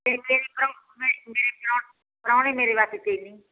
ਅਤੇ ਪਰਾਹੁਣੇ ਮੇਰੇ ਵਾਸਤੇ ਚੈਨੀ